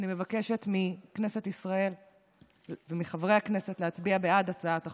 אני מבקשת מכנסת ישראל ומחברי הכנסת להצביע בעד הצעת החוק.